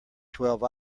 twelve